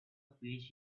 page